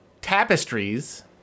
Tapestries